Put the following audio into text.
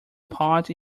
pot